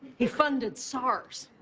he funded sars.